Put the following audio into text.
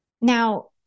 Now